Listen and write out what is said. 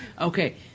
Okay